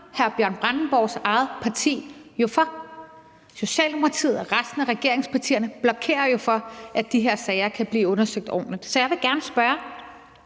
hr. Bjørn Brandenborgs eget parti jo for. Socialdemokratiet og resten af regeringspartierne blokerer for, at de her sager kan blive undersøgt ordentligt. Så jeg vil gerne spørge